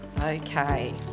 Okay